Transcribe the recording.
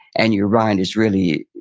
and your mind is really,